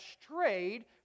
strayed